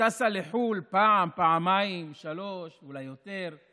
שטסה לחו"ל פעם, פעמיים ושלוש ואולי יותר,